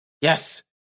Yes